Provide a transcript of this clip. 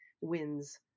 WINS